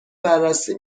بررسی